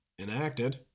enacted